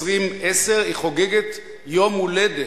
2010. היא חוגגת יום הולדת.